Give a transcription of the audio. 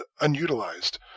unutilized